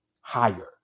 higher